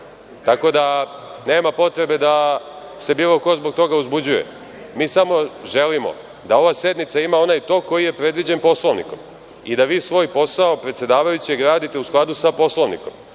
tako da nema potrebe da se bilo ko zbog toga uzbuđuje. Mi samo želimo da ova sednica ima onaj tok koji je predviđen Poslovnikom i da vi svoj posao predsedavajućeg radite u skladu sa Poslovnikom,